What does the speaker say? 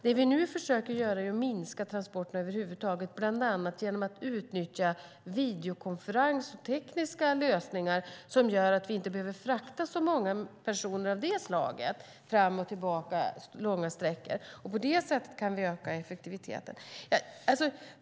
Det vi nu försöker göra är att minska transporterna över huvud taget, bland annat genom att utnyttja videokonferens och tekniska lösningar som gör att vi inte behöver frakta så många människor långa sträckor fram och tillbaka. På det sättet kan vi öka effektiviteten.